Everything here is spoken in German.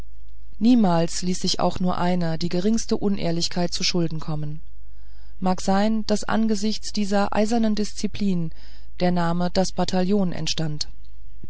niemals ließ sich auch nur einer die geringste unehrlichkeit zuschulden kommen mag sein daß angesichts dieser eisernen disziplin der name das bataillon entstand